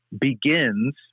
begins